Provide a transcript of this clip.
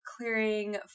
clearing